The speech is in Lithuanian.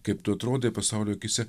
kaip tu atrodai pasaulio akyse